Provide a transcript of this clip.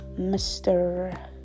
mr